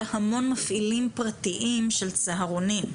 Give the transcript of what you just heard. רפרנט,